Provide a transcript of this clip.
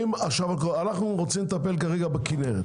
אנחנו רוצים לטפל כרגע בכנרת,